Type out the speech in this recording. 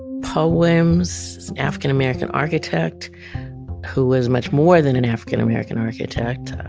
paul williams was an african-american architect who was much more than an african-american architect.